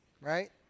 right